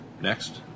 Next